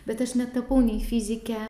bet aš netapau nei fizikę